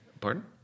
Pardon